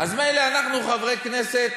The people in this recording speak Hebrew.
אז מילא אנחנו, חברי כנסת